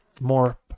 more